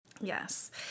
Yes